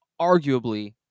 arguably